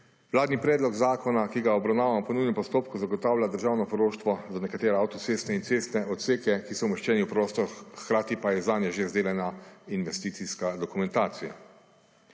Vladni predlog zakona, ki ga obravnavamo po nujnem postopku zagotavlja državno poroštvo za nekatere avtoceste in cestne odseke, ki so umeščeni v prostor, hkrati pa je zanje že izdelana investicijska dokumentacija.